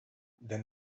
then